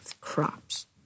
crops